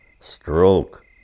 stroke